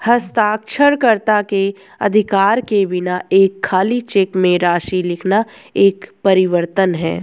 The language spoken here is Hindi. हस्ताक्षरकर्ता के अधिकार के बिना एक खाली चेक में राशि लिखना एक परिवर्तन है